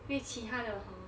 因为其他的